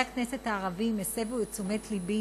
חברי הכנסת הערבים הסבו את תשומת לבי